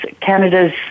Canada's